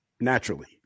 naturally